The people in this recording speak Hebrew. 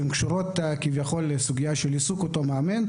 שקשורות, כביכול, לעיסוק של אותו המאמן,